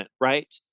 right